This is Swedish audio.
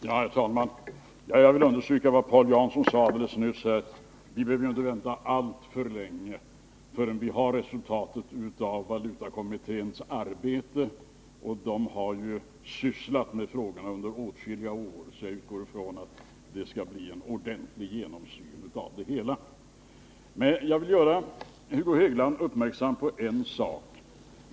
Herr talman! Jag vill understryka vad Paul Jansson sade alldeles nyss. Vi behöver inte vänta alltför länge förrän vi har resultatet av valutakommitténs arbete, och den har ju sysslat med frågorna under åtskilliga år, så jag utgår ifrån att det skall bli en ordentlig genomsyn av det hela. Jag vill emellertid göra Hugo Hegeland uppmärksam på en sak.